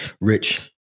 Rich